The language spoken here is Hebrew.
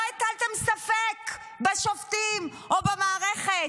לא הטלתם ספק בשופטים או במערכת.